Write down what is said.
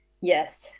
Yes